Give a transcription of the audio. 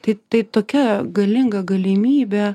tai tai tokia galinga galimybė